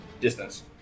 Distance